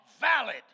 Valid